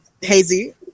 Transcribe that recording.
Hazy